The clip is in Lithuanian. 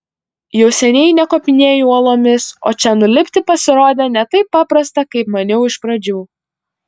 jau seniai nekopinėju uolomis o čia nulipti pasirodė ne taip paprasta kaip maniau iš pradžių